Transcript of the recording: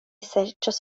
serĉos